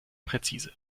präzise